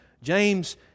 James